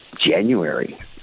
January